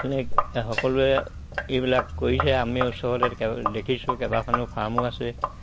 এনেই সকলোৱে এইবিলাক কৰিছে আমি ওচৰতে দেখিছোঁ কেইবাখনো ফাৰ্মো আছে